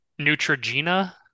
Neutrogena